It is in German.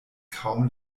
kaum